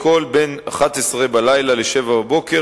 התשנ"ב 1992,